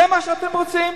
זה מה שאתם רוצים?